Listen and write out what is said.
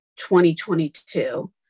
2022